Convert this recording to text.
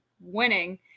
winning